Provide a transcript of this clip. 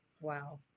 Wow